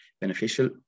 beneficial